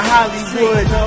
Hollywood